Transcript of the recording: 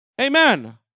Amen